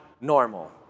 normal